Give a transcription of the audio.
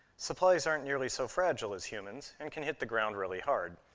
supplies aren't nearly so fragile as humans and can hit the ground really hard,